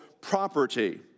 property